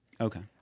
Okay